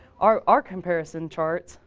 our our comparison charts,